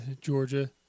Georgia